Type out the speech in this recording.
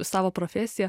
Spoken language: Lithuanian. savo profesiją